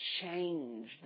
change